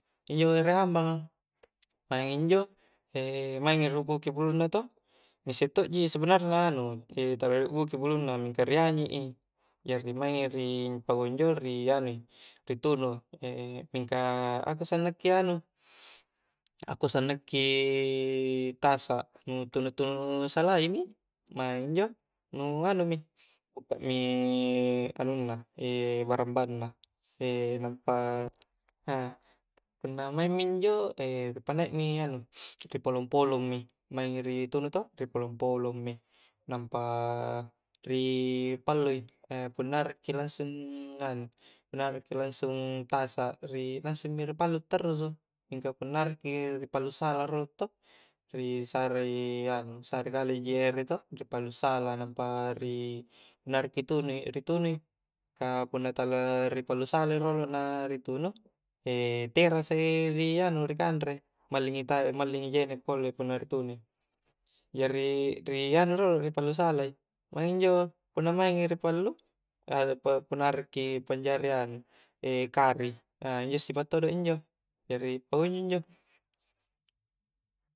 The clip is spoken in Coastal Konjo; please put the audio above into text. Injo ere hambanga, maing injo, maing rihubbuki bulunna toh ngissek to ji sebenarna anu, tala ri hubbuki bulunna mingka ri anyik i, jari maing i ri pakunnjo ri anui, ri tunui, mingka ako sannakki anu, ako sannakki tasa' nutunu tunu sala mi maing injo nu anumi, bukkami anuna barambanna, nampa punna maing injo ri panaik mi anu, ri polong-polong mi nampa ri pallumi, punna akrakki langsung anu-punna rakki angsung tasa langsung mi ripallu tarrusu mingka punn akrakki ripallu sala rolo toh risare kaleji ere toh nampa ripallu sala, punna akrakki tunui ri tunui, ka punna tala nu pallu salai rolo nampa ritunu terasai ri anu ri kanre malling i jenek pole punna ri tunui, jari ri anui rolo ri pallu salai, maing injo punna maing i ripallu punna akrakki ripanjari kari injo sipak todo injo, jari pakunja injo.